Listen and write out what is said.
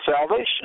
salvation